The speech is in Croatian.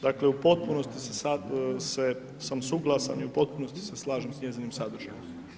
Dakle u potpunosti sam suglasan i u potpunosti se slažem sa njezinim sadržajem.